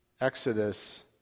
Exodus